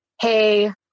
hey